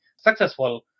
successful